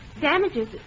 Damages